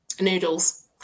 noodles